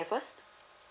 first